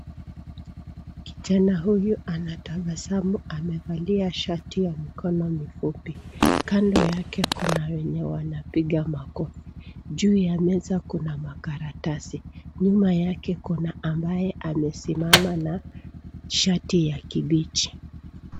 Kijana huyu anatabasamu amevalia shati ya mikono mifupi, kando yake kuna wenye wanapiga makofi. Juu ya meza kuna makaratasi, nyuma yake kuna ambaye amesimama na shati ya kibichi.